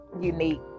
unique